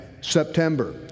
September